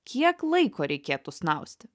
kiek laiko reikėtų snausti